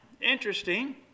interesting